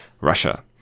Russia